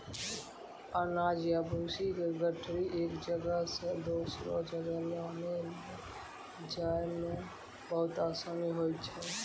अनाज या भूसी के गठरी एक जगह सॅ दोसरो जगह लानै लै जाय मॅ बहुत आसानी होय छै